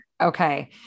Okay